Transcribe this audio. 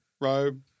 robe